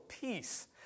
Peace